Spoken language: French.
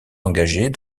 engagées